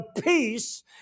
peace